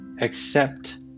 Accept